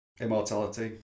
immortality